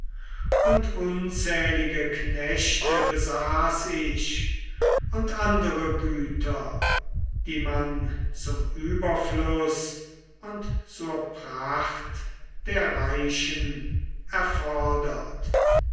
und unzählige knechte besaß ich und andere güter die man zum überfluß und zur pracht der reichen